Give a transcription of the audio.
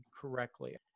correctly